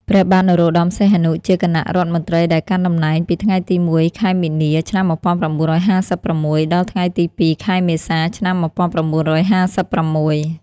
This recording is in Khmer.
ព្រះបាទនរោត្តម សីហនុ ជាគណៈរដ្ឋមន្ត្រីដែលកាន់តំណែងពីថ្ងៃទី១ ខែមីនា ឆ្នាំ១៩៥៦ ដល់ថ្ងៃទី ២ ខែមេសា ឆ្នាំ១៩៥៦។